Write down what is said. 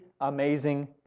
amazing